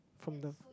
from the